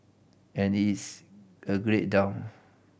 and it's a great town